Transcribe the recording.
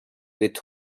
with